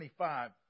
25